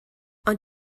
ond